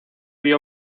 vio